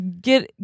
get